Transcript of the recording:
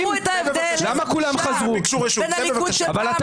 שהצופים בבית יראו את ההבדל בין הליכוד של פעם לבין הליכוד האמיתי.